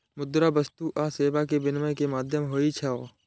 मुद्रा वस्तु आ सेवा के विनिमय के माध्यम होइ छै